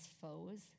foes